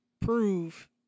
prove